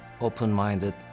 open-minded